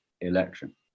election